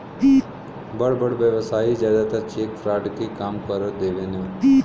बड़ बड़ व्यवसायी जादातर चेक फ्रॉड के काम कर देवेने